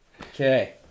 Okay